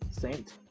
Saint